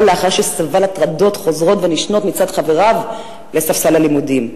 לאחר שסבל הטרדות חוזרות ונשנות מצד חבריו לספסל הלימודים.